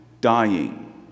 dying